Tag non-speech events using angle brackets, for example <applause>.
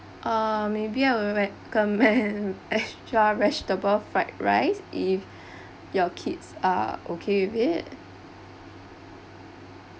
uh maybe I will recommend <laughs> vegetable fried rice if your kids are okay with it